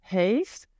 heeft